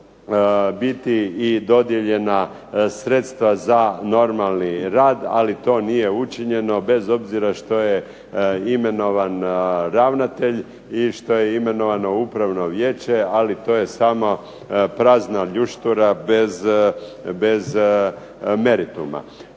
biti dodijeljena sredstva za normalni rad. Ali to nije učinjeno bez obzira što je imenovan ravnatelj i što je imenovano upravno vijeće, ali to je samo prazna ljuštura bez merituma.